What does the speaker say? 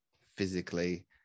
physically